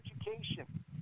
education